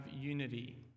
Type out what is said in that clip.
unity